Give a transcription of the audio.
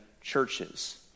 churches